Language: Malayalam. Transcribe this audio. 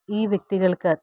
ഈ വ്യക്തികൾക്ക്